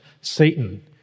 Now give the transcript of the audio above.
Satan